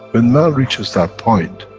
when man reaches that point,